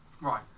Right